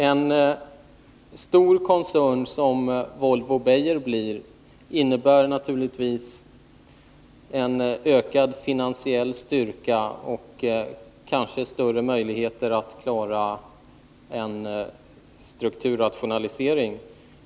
En stor koncern, som Volvo-Beijer blir, innebär naturligtvis en ökad finansiell styrka och kanske större möjligheter att klara en strukturrationalisering.